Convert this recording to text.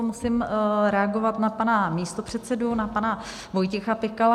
Musím reagovat na pana místopředsedu na pana Vojtěcha Pikala.